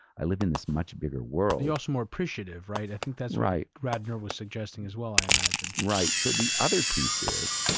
i live in this much bigger world. you're also more appreciative, right? i think that's what radner was suggesting as well, i imagine. right. so the other piece is,